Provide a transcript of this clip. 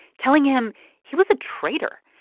telling him he was a traitor.